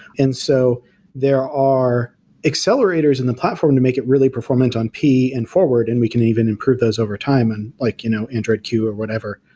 and so there are accelerators in the platform to make it really performant on p and forward and we can even improve those over time, and like you know android q or whatever,